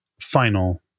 final